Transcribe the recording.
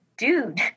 dude